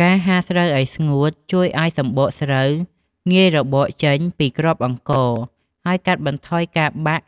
ការហាលស្រូវឲ្យស្ងួតជួយឱ្យសម្បកស្រូវងាយរបកចេញពីគ្រាប់អង្ករ ហើយកាត់បន្ថយការបាក់